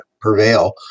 prevail